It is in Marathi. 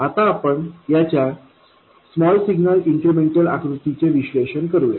आता आपण याच्या स्मॉल सिग्नल इन्क्रिमेंटल आकृतीचे विश्लेषण करूया